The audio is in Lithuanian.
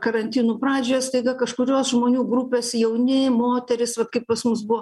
karantinų pradžioje staiga kažkurios žmonių grupės jauni moterys vat kaip pas mus buvo